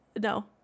no